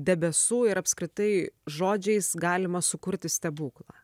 debesų ir apskritai žodžiais galima sukurti stebuklą